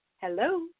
Hello